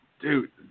Dude